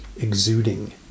exuding